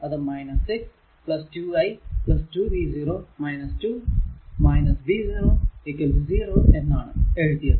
അത് 6 2 i 2 v0 2 v0 0 എന്നാണ് എഴുതിയത്